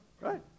Right